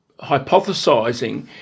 hypothesising